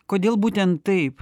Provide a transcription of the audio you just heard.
kodėl būtent taip